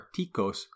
Arcticos